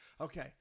Okay